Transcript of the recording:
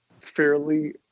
fairly